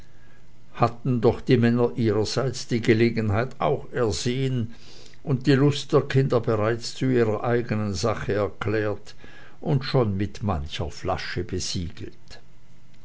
hatten doch die männer ihrerseits die gelegenheit auch ersehen und die lust der kinder bereits zu ihrer eigenen sache erklärt und schon mit mancher flasche besiegelt